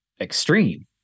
extreme